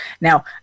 Now